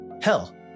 Hell